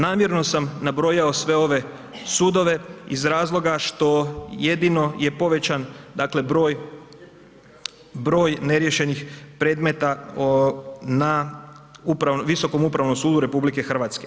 Namjerno sam nabrojao sve ove sudove iz razloga što jedino je povećan dakle broj, broj neriješenih predmeta na Visokom upravnom sudu RH.